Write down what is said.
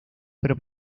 pero